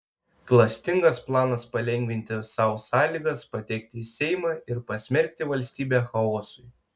klastingas planas palengvinti sau sąlygas patekti į seimą ir pasmerkti valstybę chaosui